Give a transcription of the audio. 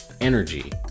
energy